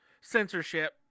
censorship